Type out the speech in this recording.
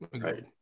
Right